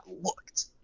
looked